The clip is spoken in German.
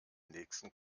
nächsten